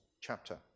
chapter